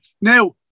Now